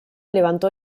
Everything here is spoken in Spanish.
levantó